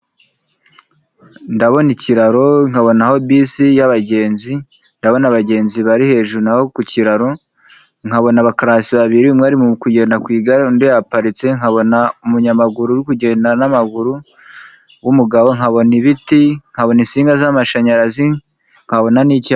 Ndabona ikiraro nkabona aho bisi yabagenzi, ndabona abagenzi bari hejuru naho ku kiraro nkabona abakarasi babiri mwari kugenda ku igare ndi ahaparitse nkabona umunyamaguru kugenda n'amaguru nkabona ibiti nkabona insinga z'amashanyarazi nkabona n'icyapa.